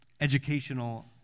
educational